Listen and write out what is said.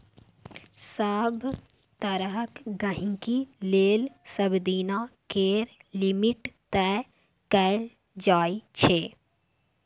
सभ तरहक गहिंकी लेल सबदिना केर लिमिट तय कएल जाइ छै